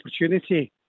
opportunity